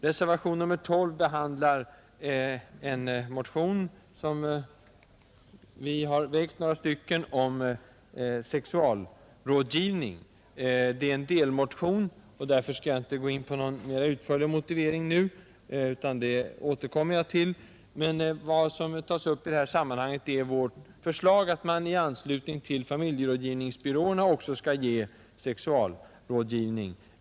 Reservationen 12 behandlar en motion om sexualrådgivning som jag och några andra folkpartister har väckt. Det är en delmotion, och därför skall jag inte nu gå in på någon utförlig motivering, utan det återkommer jag till när huvudmotionen behandlas, Vad som tas upp i det här sammanhanget är vårt förslag att man i anslutning till familjerådgivningsbyråerna också skall ge sexualrådgivning.